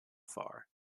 far